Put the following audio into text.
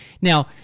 Now